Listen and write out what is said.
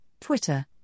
Twitter